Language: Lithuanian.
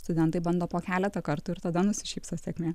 studentai bando po keletą kartų ir tada nusišypso sėkmė